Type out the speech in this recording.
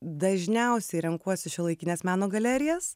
dažniausiai renkuosi šiuolaikines meno galerijas